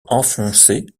enfoncé